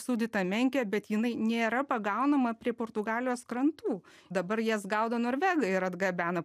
sūdyta menkė bet jinai nėra pagaunama prie portugalijos krantų dabar jas gaudo norvegai ir atgabena